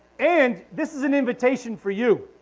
and this is an invitation for you.